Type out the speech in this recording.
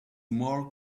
more